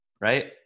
Right